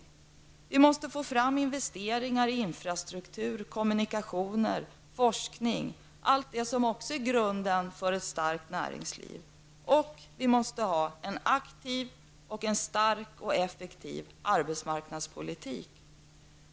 Det måste investeras i infrastruktur, kommunikationer och forskning, allt det som är grunden för ett starkt näringsliv. Dessutom måste vi ha en aktiv, stark och effektiv arbetsmarknadspolitik.